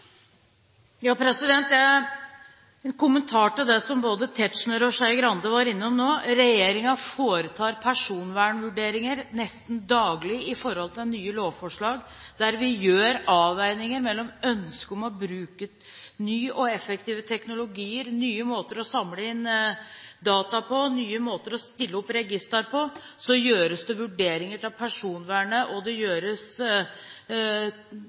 det som både Tetzschner og Skei Grande var innom nå: Regjeringen foretar personvernvurderinger nesten daglig i forhold til nye lovforslag, der vi gjør avveininger mellom ønsket om å bruke nye og effektive teknologier, nye måter å samle inn data på og nye måter å stille opp registre på. Det gjøres vurderinger av personvernet, og det gjøres